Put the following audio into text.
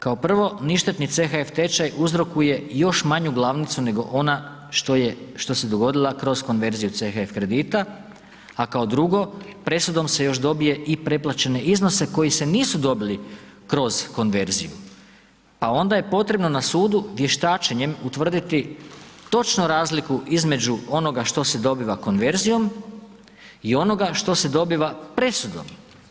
Kao prvo, ništetni CHF tečaj uzrokuje još manju glavnicu nego ona što se dogodila kroz konverziju CHF kredita, a kao drugo presudom se još dobije i preplaćene iznose koji se nisu dobili kroz konverziju, pa onda je potrebno na sudu vještačenjem utvrditi točno razliku između onoga što se dobiva konverzijom i onoga što se dobiva presudom.